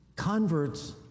converts